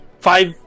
Five